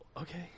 Okay